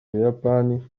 buyapani